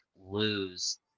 lose